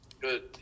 Good